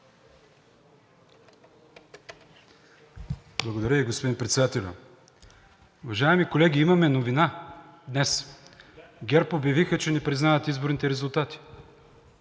Благодаря Ви, господин Председателю. Уважаеми колеги, имаме новина днес – ГЕРБ обявиха, че не признават изборните резултати.